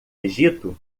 egito